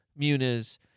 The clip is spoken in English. Muniz